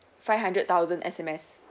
five hundred thousand S_M_S